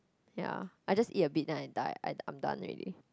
ya I just eat a bit then I die I I'm done already